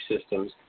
systems